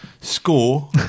score